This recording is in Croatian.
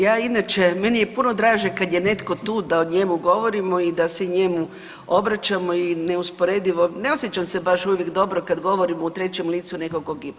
Ja inače, meni je puno draže kad je netko tu da o njemu govorimo i da se njemu obraćamo i neusporedivo, ne osjećam se baš uvijek dobro kad govorimo u trećem licu nekog kog ima.